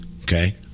okay